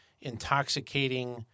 intoxicating